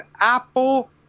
Apple